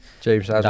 James